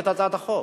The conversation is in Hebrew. לוועדת הכלכלה.